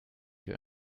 your